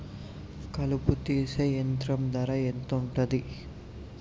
కలుపు తీసే యంత్రం ధర ఎంతుటది?